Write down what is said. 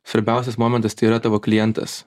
svarbiausias momentas tai yra tavo klientas